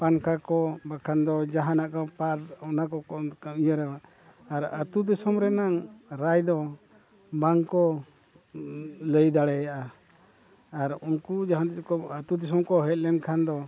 ᱯᱟᱝᱠᱷᱟ ᱠᱚ ᱵᱟᱠᱷᱟᱱ ᱫᱚ ᱡᱟᱦᱟᱱᱟᱜ ᱠᱚ ᱵᱮᱯᱟᱨ ᱚᱱᱟ ᱠᱚᱠᱚ ᱤᱭᱟᱹᱭᱟ ᱟᱨ ᱟᱛᱳᱼᱫᱤᱥᱚᱢ ᱨᱮᱱᱟᱜ ᱨᱟᱭ ᱫᱚ ᱵᱟᱝ ᱠᱚ ᱞᱟᱹᱭ ᱫᱟᱲᱮᱭᱟᱜᱼᱟ ᱟᱨ ᱩᱱᱠᱩ ᱡᱟᱦᱟᱸ ᱛᱤᱥ ᱠᱚ ᱟᱛᱳᱼᱫᱤᱥᱚᱢ ᱠᱚ ᱦᱮᱡᱞᱮᱱ ᱠᱷᱟᱱ ᱫᱚ